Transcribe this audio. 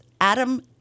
Adam